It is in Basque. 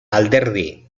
alderdi